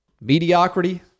Mediocrity